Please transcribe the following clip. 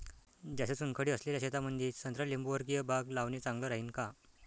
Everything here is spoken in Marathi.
जास्त चुनखडी असलेल्या शेतामंदी संत्रा लिंबूवर्गीय बाग लावणे चांगलं राहिन का?